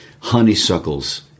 honeysuckles